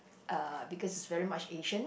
uh because it's very much Asian